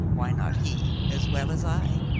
why not he as well as i?